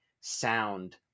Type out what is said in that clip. sound